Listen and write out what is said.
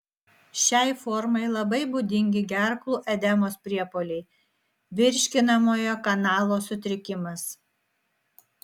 šiai formai labai būdingi gerklų edemos priepuoliai virškinamojo kanalo sutrikimas